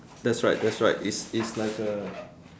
that's right that's right it's it's like a